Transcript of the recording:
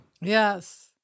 Yes